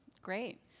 Great